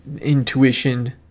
intuition